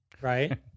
right